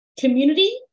community